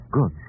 Good